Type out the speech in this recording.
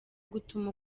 gutuma